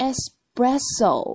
Espresso